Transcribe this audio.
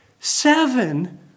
Seven